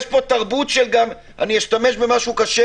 יצרו פה תרבות אני אשתמש במשהו קשה